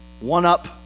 One-Up